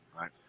Right